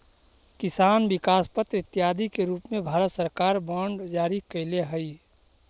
किसान विकास पत्र इत्यादि के रूप में भारत सरकार बांड जारी कैले हइ